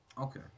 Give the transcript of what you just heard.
Okay